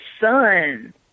son